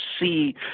see